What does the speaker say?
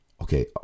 okay